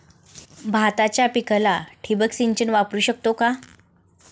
भाताच्या पिकाला ठिबक सिंचन वापरू शकतो का?